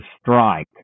strike